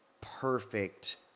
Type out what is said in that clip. perfect